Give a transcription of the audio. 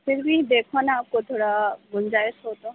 پھر بھی دیکھو نا آپ کو تھوڑا گُنجائش ہو تو